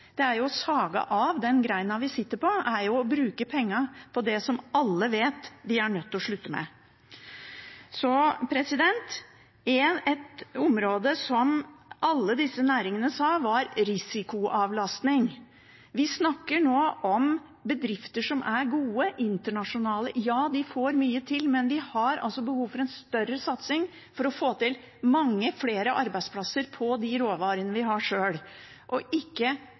som alle vet vi er nødt til å slutte med. Et område alle disse næringene nevnte, var risikoavlastning. Vi snakker nå om bedrifter som er gode internasjonalt, som får mye til, men vi har behov for en større satsing for å få til mange flere arbeidsplasser på basis av de råvarene vi har sjøl, ikke bare at de havner i utlandet og